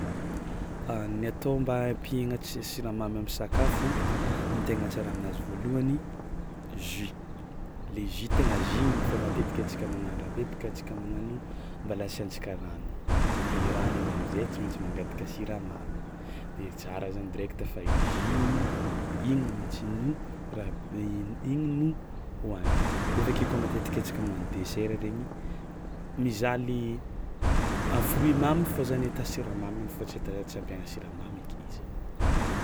A ny atao mba hampiegna tsi- ny siramamy am'sakafo, ny tegna tsara aminazy voalohany jus le jus tegna jus igny fa matetiky antsika magnano raha be baka tsika magnano mbôla asiàntsika rano de rano igny am'zay tsy maintsy mangataka siramamy de tsara znay direkta fa io jus igny igny mihitsy no ra- igny no hohanigna de avy ake koa matetiky antsika magnano desera regny mizaha le a fruit mamy fao zany ata siramaminy fa tsy ata a- tsy ampiagna siramamy eky izy.